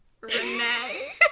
Renee